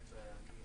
אין בעיה.